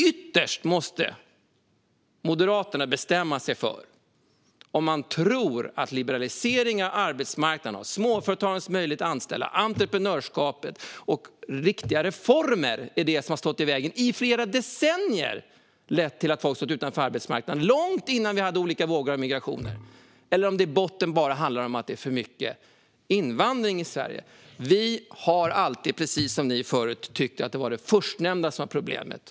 Ytterst måste Moderaterna bestämma sig för om man tror på liberalisering av arbetsmarknaden och småföretagarnas möjlighet att anställa, entreprenörskapet och riktiga reformer. Är det detta som har stått i vägen i flera decennier och lett till att folk har stått utanför arbetsmarknaden, långt innan vi hade olika vågor av migration, eller handlar det i botten bara om att det är för mycket invandring till Sverige? Vi har alltid, precis som ni förut, tyckt att det har varit det förstnämnda som varit problemet.